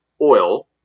oil